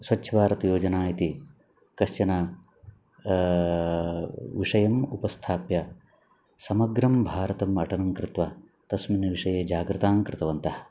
स्वच्छभारतं योजना इति कञ्चन विषयम् उपस्थाप्य समग्रं भारतम् अटनं कृत्वा तस्मिन् विषये जागृतां कृतवन्तः